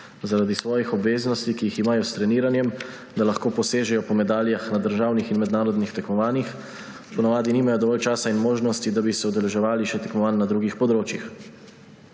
Zaradi svojih obveznosti, ki jih imajo s treniranjem, da lahko posežejo po medaljah na državnih in mednarodnih tekmovanjih, po navadi nimajo dovolj časa in možnosti, da bi se udeleževali še tekmovanj na drugih področjih.